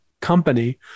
company